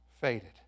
faded